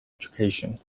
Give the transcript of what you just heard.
education